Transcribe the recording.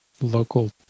local